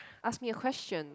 ask me a question